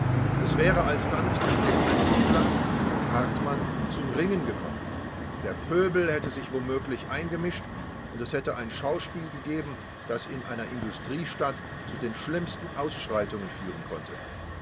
es wäre alsdann zwischen dem angeklagten und hartmann zum ringen gekommen der pöbel hätte sich womöglich eingemischt und es hätte ein schauspiel gegeben das in einer industriestadt zu den schlimmsten ausschreitungen führen konnte